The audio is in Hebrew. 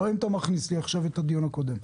לא אם אתה מכניס עכשיו את הדיון הקודם.